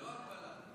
ללא הגבלה.